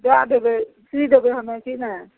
दै देबै सी देबै हमे कि नहि